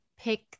pick